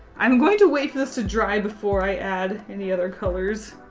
i'm going to wait for this to dry before i add any other colors.